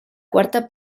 quarta